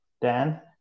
Dan